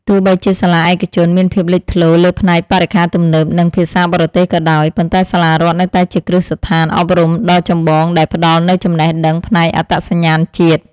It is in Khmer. ទោះបីជាសាលាឯកជនមានភាពលេចធ្លោលើផ្នែកបរិក្ខារទំនើបនិងភាសាបរទេសក៏ដោយ ប៉ុន្តែសាលារដ្ឋនៅតែជាគ្រឹះស្ថានអប់រំដ៏ចម្បងដែលផ្ដល់នូវចំណេះដឹងផ្នែកអត្តសញ្ញាណជាតិ។